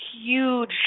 huge